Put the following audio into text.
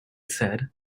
said